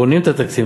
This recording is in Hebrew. בונים את התקציב,